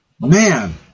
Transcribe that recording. man